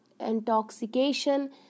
intoxication